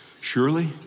surely